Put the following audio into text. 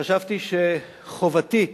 חשבתי שחובתי,